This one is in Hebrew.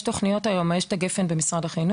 יש היום תוכניות כמו ׳הגפן׳ במשרד החינוך.